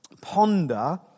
ponder